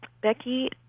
Becky